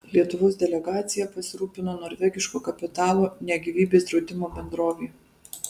lietuvos delegacija pasirūpino norvegiško kapitalo ne gyvybės draudimo bendrovė